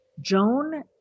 Joan